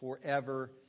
forever